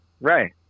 right